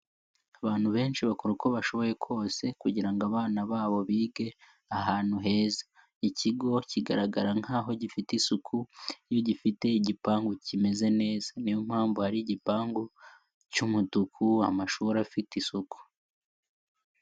Abantu benshi bakora uko bashoboye kose kugira ngo abana babo bige ahantu heza, ikigo kigaragara nkaho gifite isuku iyo gifite igipangu kimeze neza ni yo mpamvu hari igipangu cy'umutuku, amashuri afite isuku.